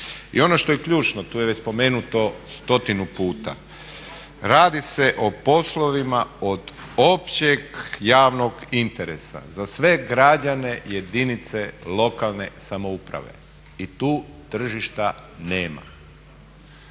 I ono što je ključno, tu je već spomenuto stotinu puta, radi se o poslovima od općeg javnog interesa za sve građane, jedinice lokalne samouprave i tu tržišta nema.